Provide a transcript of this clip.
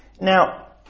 Now